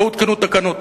לא הותקנו תקנות,